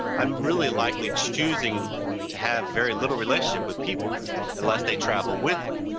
i am really likely choosing to have very little relationships with people unless they travel with me.